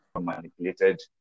Manipulated